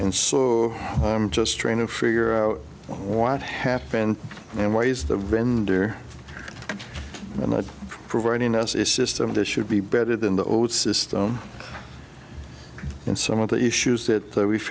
and so i'm just trying to figure out what happened and why is the vendor not providing us a system of this should be better than the old system and some of the issues that we've